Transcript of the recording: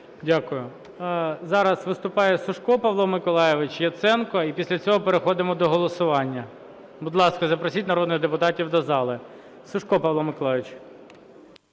Дякую. Зараз виступає Сушко Павло Миколайович. Яценко. І після цього переходимо до голосування. Будь ласка, запросіть народних депутатів до зали. Сушко Павло Миколайович.